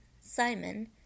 Simon